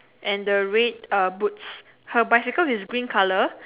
and the red uh boots her bicycle is green colour